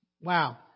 wow